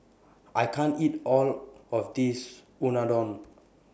I can't eat All of This Unadon